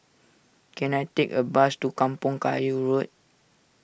can I take a bus to Kampong Kayu Road